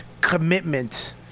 commitment